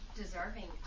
deserving